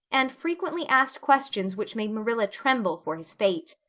and frequently asked questions which made marilla tremble for his fate.